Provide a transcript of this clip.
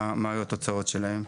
מה היו התוצאות שלהם.